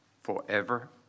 forever